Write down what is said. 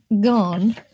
gone